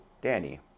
Danny